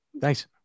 Thanks